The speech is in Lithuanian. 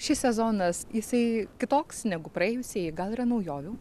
šis sezonas jisai kitoks negu praėjusieji gal yra naujovių